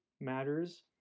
matters